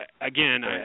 again